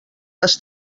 les